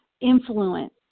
influence